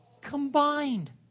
combined